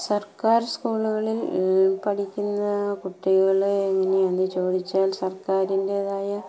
സർക്കാർ സ്കൂളുകളിൽ പഠിക്കുന്ന കുട്ടികള് എങ്ങനെയാണെന്ന് ചോദിച്ചാൽ സർക്കാരിൻ്റേതായ